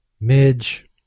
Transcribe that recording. Midge